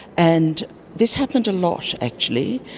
and this happened a lot actually.